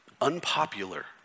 Unpopular